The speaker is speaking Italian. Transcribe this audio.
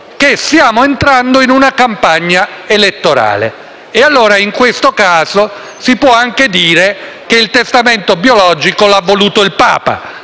che stiamo entrando in campagna elettorale e allora, in questo caso, si può anche dire che il testamento biologico lo ha voluto il Papa,